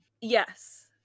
Yes